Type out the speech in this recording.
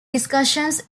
discussions